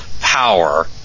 power